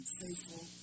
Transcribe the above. faithful